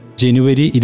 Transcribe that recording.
January